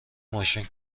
ماشین